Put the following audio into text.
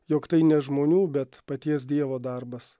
jog tai ne žmonių bet paties dievo darbas